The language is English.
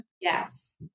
Yes